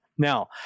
Now